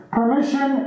Permission